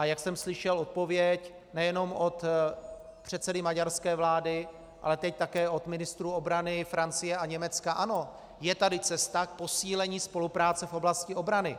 Jak jsem slyšel odpověď nejenom od předsedy maďarské vlády, ale teď také od ministrů obrany Francie a Německa: ano, je tady cesta k posílení spolupráce v oblasti obrany.